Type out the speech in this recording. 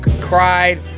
cried